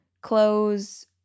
clothes